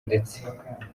ndetse